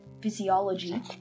physiology